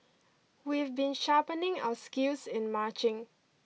we've been sharpening our skills in marching